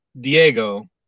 Diego